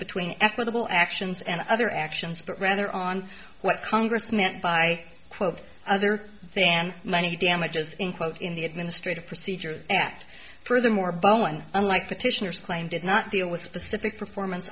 between equitable actions and other actions but rather on what congress meant by quote other then money damages in quote in the administrative procedure act furthermore bowen unlike petitioners claim did not deal with specific performance